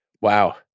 Wow